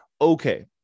okay